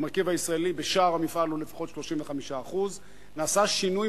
המרכיב הישראלי בשער המפעל הוא לפחות 35%; נעשה שינוי